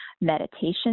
meditation